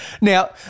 Now